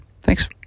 Thanks